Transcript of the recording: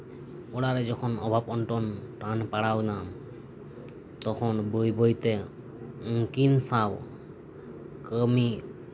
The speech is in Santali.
ᱚᱲᱟᱜ ᱨᱮ ᱡᱮᱠᱷᱚᱱ ᱚᱵᱷᱟᱵᱽ ᱚᱱᱴᱚᱱ ᱴᱟᱱ ᱯᱟᱲᱟᱣ ᱱᱟ ᱛᱚᱠᱷᱚᱱ ᱵᱟᱹᱭ ᱵᱟᱹᱭ ᱛᱮ ᱩᱱᱠᱤᱱ ᱥᱟᱶ ᱠᱟᱹᱢᱤ